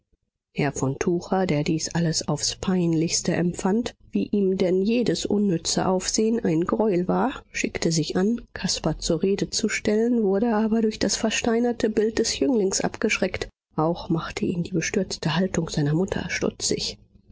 herr von tucher der dies alles aufs peinlichste empfand wie ihm denn jedes unnütze aufsehen ein greuel war schickte sich an caspar zur rede zu stellen wurde aber durch das versteinerte bild des jünglings abgeschreckt auch machte ihn die bestürzte haltung seiner mutter stutzig